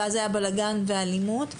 ואז היה בלגן ואלימות,